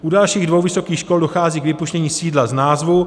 U dalších dvou vysokých škol dochází k vypuštění sídla z názvu.